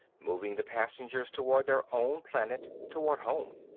moving the passengers toward their own planet, toward home.